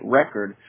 record